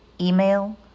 email